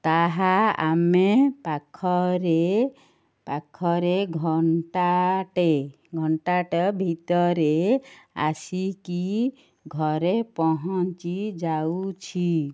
ତାହା ଆମେ ପାଖରେ ପାଖରେ ଘଣ୍ଟାଟେ ଘଣ୍ଟାଟେ ଭିତରେ ଆସିକି ଘରେ ପହଞ୍ଚି ଯାଉଛି